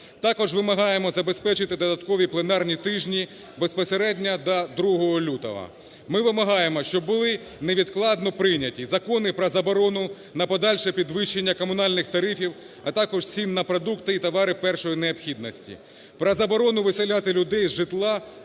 Також вимагаємо забезпечити додаткові пленарні тижні безпосередньо до 2 лютого. Ми вимагаємо, щоб були невідкладно прийняті закони про заборону на подальше підвищення комунальних тарифів, а також цін на продукти і товари першої необхідності, про заборону виселяти людей із житла